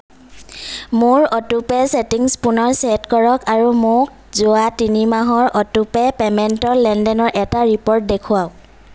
মোৰ autopay settings পুনৰ set কৰক আৰু মোক যোৱা তিনি মাহৰ অটোপে' পে'মেণ্টৰ লেনদেনৰ এটা ৰিপ'ৰ্ট দেখুৱাওক